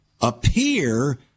appear